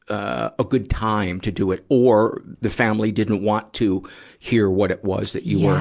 ah a good time to do it. or, the family didn't want to hear what it was that you were,